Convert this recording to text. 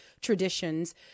traditions